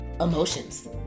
emotions